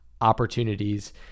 opportunities